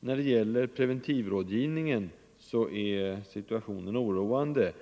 när det gäller preventivmedelsrådgivningen är situationen oroande.